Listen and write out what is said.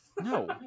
No